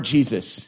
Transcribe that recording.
Jesus